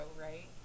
right